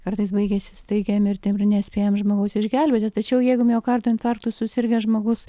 kartais baigiasi staigia mirtim ir nespėjam žmogaus išgelbėti tačiau jeigu miokardo infarktu susirgęs žmogus